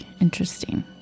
interesting